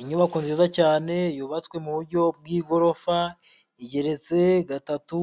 Inyubako nziza cyane yubatswe mu buryo bw'igorofa, igeretse gatatu,